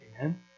Amen